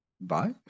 bye